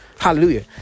Hallelujah